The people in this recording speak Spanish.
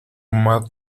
mata